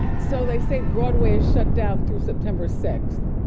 so they say broadway is shut down through september sixth.